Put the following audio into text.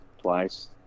twice